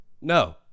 No